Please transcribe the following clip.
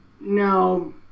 No